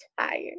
tired